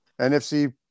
nfc